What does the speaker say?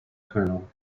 colonel